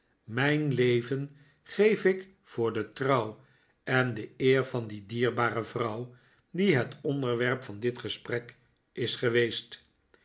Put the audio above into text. mijn leven geef ik voor de trouw en de eer van die dierbare vrouw die het onderwerp van dit gesprek is geweest